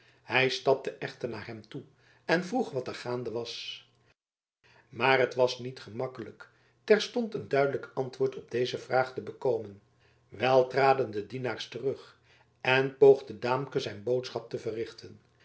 hij stapte echter naar hem toe en vroeg wat er gaande was maar het was niet gemakkelijk terstond een duidelijk antwoord op deze vraag te bekomen wel traden de dienaars terug en poogde daamke zijn boodschap te verrichten